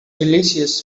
delicious